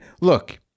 look